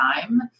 time